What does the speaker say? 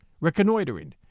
reconnoitering